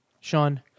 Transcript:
Sean